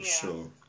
sure